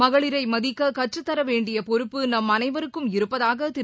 மகளிரை மதிக்க கற்றுத்தரவேண்டிய பொறுப்பு நம் அனைவருக்கும் இருப்பதாக திரு